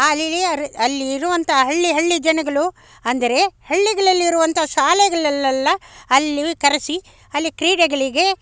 ಅಲ್ಲಿರು ಅಲ್ಲಿರುವಂಥ ಹಳ್ಳಿ ಹಳ್ಳಿ ಜನಗಳು ಅಂದರೆ ಹಳ್ಳಿಗಳಲ್ಲಿರುವಂತಹ ಶಾಲೆಗಳಲ್ಲೆಲ್ಲ ಅಲ್ಲಿ ಕರೆಸಿ ಅಲ್ಲಿ ಕ್ರೀಡೆಗಳಿಗೆ